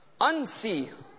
unsee